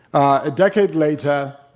a decade later,